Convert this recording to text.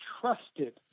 trusted